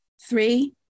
Three